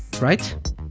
right